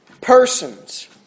persons